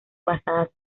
basadas